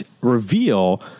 reveal